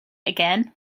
again